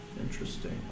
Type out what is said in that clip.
Interesting